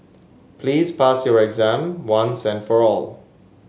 please pass your exam once and for all